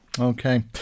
Okay